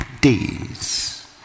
days